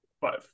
five